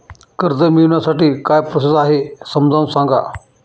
कर्ज मिळविण्यासाठी काय प्रोसेस आहे समजावून सांगा